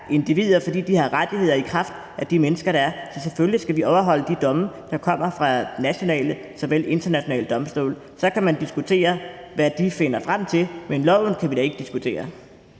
individer, fordi de har rettigheder i kraft af de mennesker, de er. Så selvfølgelig skal vi efterleve de domme, der kommer fra såvel nationale som internationale domstole. Så kan man diskutere, hvad de finder frem til, men loven kan vi da ikke diskutere,